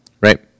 Right